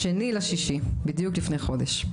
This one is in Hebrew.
ב-2 ביוני, בדיוק לפני חודש.